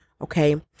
okay